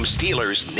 Steelers